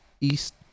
east